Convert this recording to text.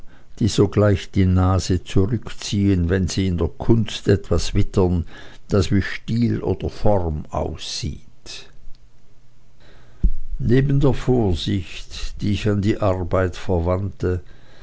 die sogleich die nase zurückziehen wenn sie in der kunst etwas wittern das wie stil oder form aussieht neben der vorsicht die ich an die arbeit verwandte